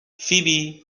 فیبی